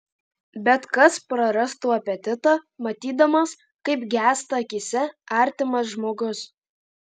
bet kas prarastų apetitą matydamas kaip gęsta akyse artimas žmogus